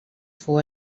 fou